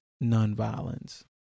non-violence